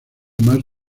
más